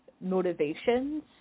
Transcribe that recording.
motivations